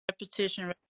Repetition